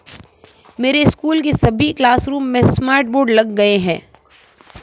मेरे स्कूल के सभी क्लासरूम में स्मार्ट बोर्ड लग गए हैं